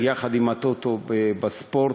יחד עם ה"טוטו", תומך בספורט,